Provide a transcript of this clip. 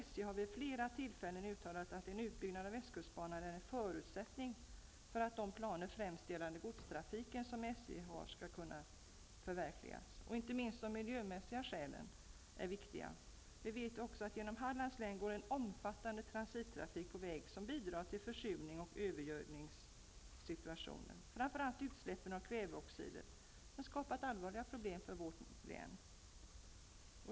SJ har vid flera tillfällen uttalat att en utbyggnad av västkustbanan är en förutsättning för att de planer, främst gällande godstrafiken, som SJ har skall kunna förverkligas. De miljömässiga skälen är inte minst viktiga. Vi vet också att genom Hallands län går en omfattande transittrafik på väg som bidrar till försurning och övergödning. Framför allt utsläppen av kväveoxider har skapat allvarliga problem för vårt län.